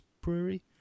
Brewery